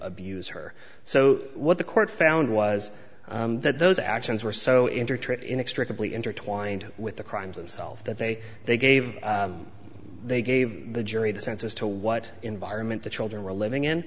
abuse her so what the court found was that those actions were so interested inextricably intertwined with the crimes themselves that they they gave they gave the jury the sense as to what environment the children were living in